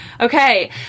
Okay